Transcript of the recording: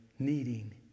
Needing